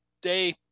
day